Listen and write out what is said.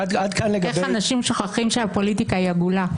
איך אנשים שוכחים שהפוליטיקה היא עגולה.